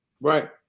right